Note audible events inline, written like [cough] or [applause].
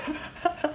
[laughs]